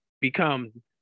become